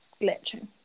glitching